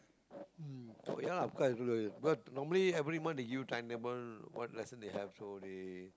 mm oh ya lah of course but normally every month they give you timetable what lesson they have so they